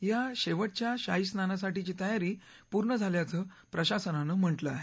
या शेवटच्या शाहीस्नानासाठीची तयारी पूर्ण झाल्याचं प्रशासनानं म्हटलं आहे